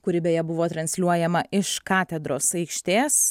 kuri beje buvo transliuojama iš katedros aikštės